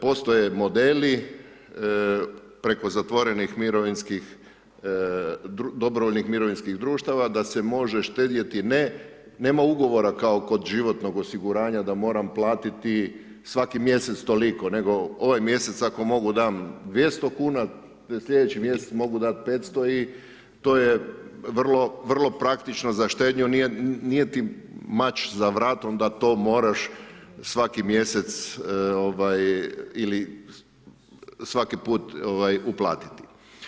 Postoje modeli preko zatvorenih mirovinskih, dobrovoljnih mirovinskih društva da se može štedjeti, ne, nema ugovora kao kod životnog osiguranja da moram platiti svaki mjesec toliko, nego ovaj mjesec ako mogu dam 200 kuna, sljedeći mjesec mogu dati 500 i to je vrlo praktično za štednju, nije ti mač za vratom da to moraš svaki mjesec ili svaki put uplatiti.